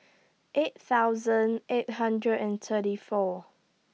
eight thousand eight hundred and thirty four